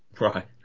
Right